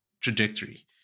trajectory